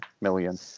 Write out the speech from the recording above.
million